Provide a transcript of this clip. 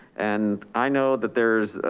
and i know that there's,